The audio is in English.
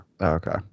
Okay